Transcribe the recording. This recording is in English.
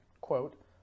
quote